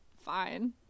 fine